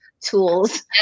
tools